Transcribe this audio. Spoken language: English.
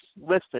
listed